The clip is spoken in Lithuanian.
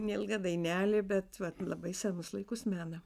neilga dainelė bet va labai senus laikus mena